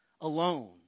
alone